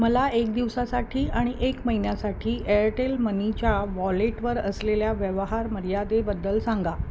मला एक दिवसासाठी आणि एक महिन्यासाठी एअरटेल मनीच्या वॉलेटवर असलेल्या व्यवहार मर्यादेबद्दल सांगा